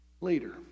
Later